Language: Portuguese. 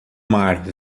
mar